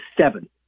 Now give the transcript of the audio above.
seven